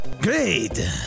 Great